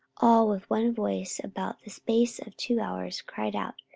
all with one voice about the space of two hours cried out,